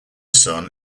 son